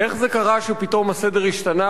איך קרה שפתאום הסדר השתנה,